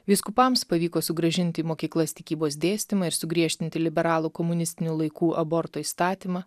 vyskupams pavyko sugrąžinti į mokyklas tikybos dėstymą ir sugriežtinti liberalų komunistinių laikų abortų įstatymą